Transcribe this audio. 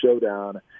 showdown